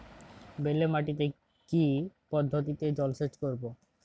বেলে মাটিতে কি পদ্ধতিতে জলসেচ করব?